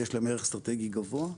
יש להם ערך אסטרטגי גבוה.